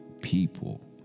people